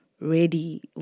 ready